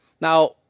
Now